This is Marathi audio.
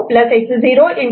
D0 S0